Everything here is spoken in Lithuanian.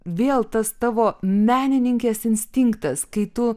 vėl tas tavo menininkės instinktas kai tu